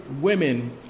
women